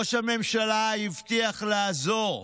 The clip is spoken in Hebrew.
ראש הממשלה הבטיח לעזור.